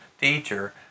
teacher